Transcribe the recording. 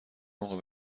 موقع